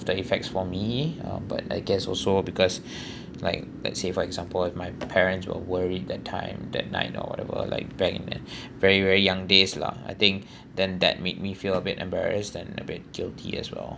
after effects for me uh but I guess also because like let's say for example if my parents were worried that time that night or whatever like back in the very very young days lah I think then that made me feel a bit embarrassed and a bit guilty as well